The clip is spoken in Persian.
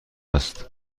است